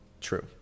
true